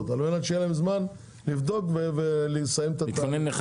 על מנת שיהיה להם זמן לבדוק ולסיים את התהליך,